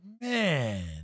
Man